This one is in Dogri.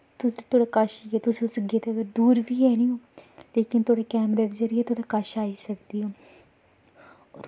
तुस तोआड़ै कश ई ऐ तुस उसी अगर दूर बी गेदे दूर बी है निं ओह् लेकिन तोआढ़े कैमरे दे जरिये थुआढ़े कश आई सकदी ओह्